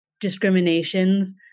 discriminations